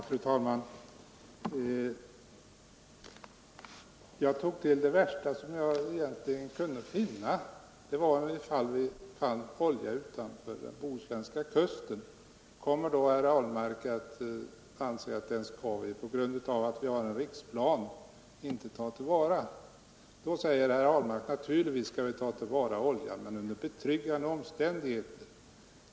Fru talman! Jag tog till det värsta jag egentligen kunde hitta på. Om vi fann olja utanför den bohuslänska kusten skulle då herr Ahlmark anse att vi inte skulle ta den till vara på grund av att vi har en riksplan? Men då säger kanske herr Ahlmark: Naturligtvis skall vi ta till vara oljan, men under betryggande omständigheter.